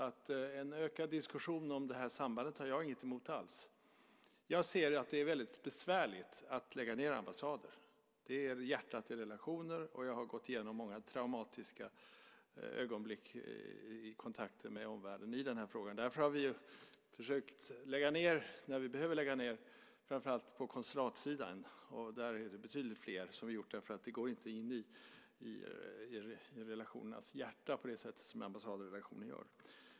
En ökad diskussion om det här sambandet har jag inget alls emot. Jag ser att det är väldigt besvärligt att lägga ned ambassader. De är hjärtat i relationer. Jag har gått igenom många traumatiska ögonblick i kontakter med omvärlden i den här frågan. Därför har vi försökt lägga ned, när vi har behövt lägga ned, framför allt på konsulatsidan. Där är det betydligt fler nedläggningar som vi har gjort därför att de går inte in i relationernas hjärta på det sätt som ambassader gör.